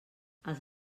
els